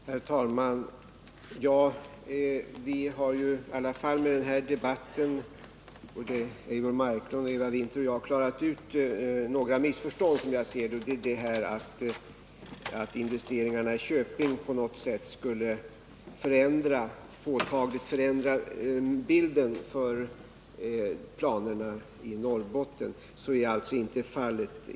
Herr talman! Som jag ser det har Eivor Marklund, Eva Winther och jag med den här debatten i alla fall klarat ut några missförstånd om att investeringarna i Köping på något sätt skulle påtagligt förändra bilden för planerna i Norrbotten. Så är alltså inte fallet.